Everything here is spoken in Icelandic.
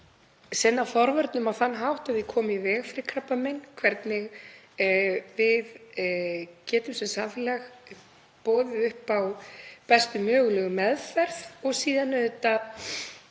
sinna forvörnum á þann hátt að það komi í veg fyrir krabbamein, hvernig við getum sem samfélag boðið upp á bestu mögulegu meðferð og síðan auðvitað